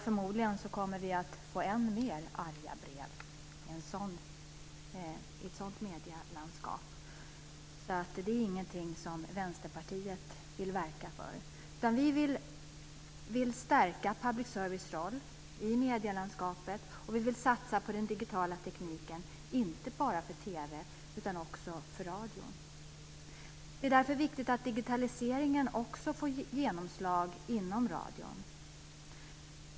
Förmodligen kommer vi att få än mer arga brev i ett sådant medielandskap. Det är ingenting som vi i Vänsterpartiet vill verka för, utan vi vill stärka public service roll i medielandskapet. Vi vill satsa på den digitala tekniken, inte bara för TV utan också för radio. Det är därför viktigt att digitaliseringen får genomslag inom radion.